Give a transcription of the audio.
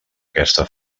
aquesta